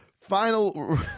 final